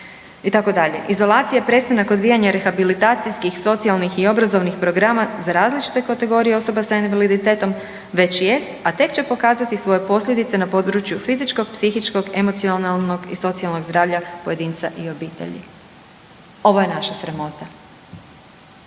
i dalje, itd. Izolacija, prestanak odvijanja rehabilitacijskih, socijalnih i obrazovnih programa za različite kategorije osoba sa invaliditetom već jest, a tek će pokazati svoje posljedice na području fizičkog, psihičkog, emocionalnog i socijalnog zdravlja pojedinca i obitelji. Ovo je naša sramota.